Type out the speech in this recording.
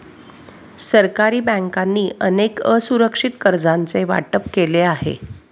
सरकारी बँकांनी अनेक असुरक्षित कर्जांचे वाटप केले आहे